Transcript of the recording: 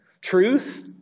Truth